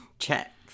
check